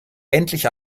endlich